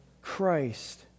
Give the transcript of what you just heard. Christ